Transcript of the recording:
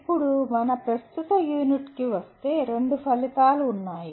ఇప్పుడు మన ప్రస్తుత యూనిట్కు వస్తే రెండు ఫలితాలు ఉన్నాయి